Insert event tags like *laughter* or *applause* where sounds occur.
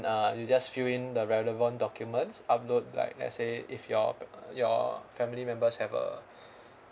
uh you just fill in the relevant documents upload like let's say if your uh your family members have a *breath*